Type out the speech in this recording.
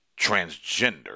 transgender